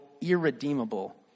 irredeemable